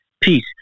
Peace